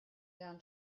down